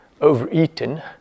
overeaten